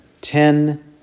ten